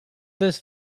this